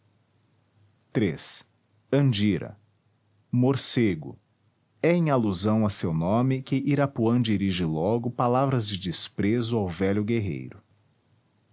iii andira morcego é em alusão a seu nome que irapuã dirige logo palavras de desprezo ao velho guerreiro